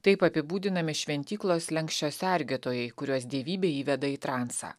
taip apibūdinami šventyklos slenksčio sergėtojai kuriuos dievybė įveda į transą